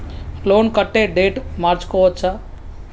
Loan కట్టే date మార్చుకోవచ్చా?